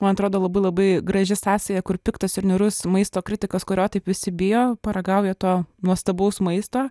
man atrodo labai labai graži sąsaja kur piktas ir niūrus maisto kritikas kurio taip visi bijo paragauja to nuostabaus maisto